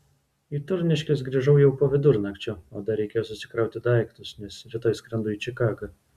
į turniškes grįžau jau po vidurnakčio o dar reikėjo susikrauti daiktus nes rytoj skrendu į čikagą